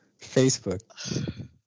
Facebook